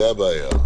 זו הבעיה.